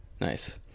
nice